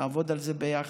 נעבוד על זה ביחד.